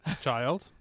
child